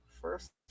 First